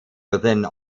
within